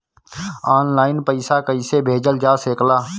आन line पईसा कईसे भेजल जा सेकला?